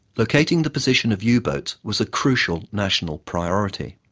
locating the position of yeah u-boats was a crucial national priority.